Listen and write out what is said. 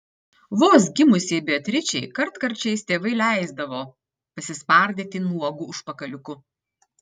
vos gimusiai beatričei kartkarčiais tėvai leisdavo pasispardyti nuogu užpakaliuku